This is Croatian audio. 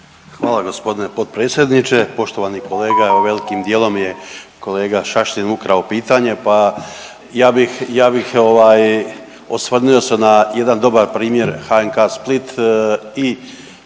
Hvala gospodine potpredsjedniče. Poštovani kolega, evo velikim dijelom mi je kolega Šašlin ukrao pitanja pa ja bih, ja bih ovaj osvrnuo se na jedan dobar primjer HNK Split i